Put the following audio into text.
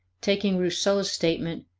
taking rousseau's statement,